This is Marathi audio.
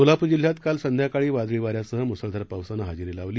सोलापूर जिल्ह्यात काऊ संध्याकाळी वादळी वाऱ्यासह मुसळधार पावसानं हजेरी लावली